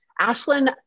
Ashlyn